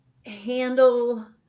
handle